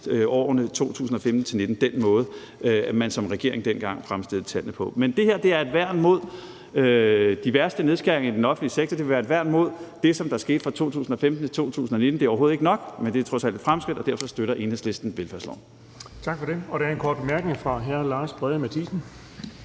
årene 2015-2019, altså den måde, man som regering dengang fremstillede tallene på. Men det her er et værn mod de værste nedskæringer i den offentlige sektor; det vil være et værn mod det, som skete fra 2015 til 2019. Det er overhovedet ikke nok, men det er trods alt et fremskridt, og derfor støtter Enhedslisten velfærdsloven. Kl. 12:55 Den fg. formand (Erling Bonnesen): Tak for det. Og der er en kort bemærkning fra hr. Lars Boje Mathiesen.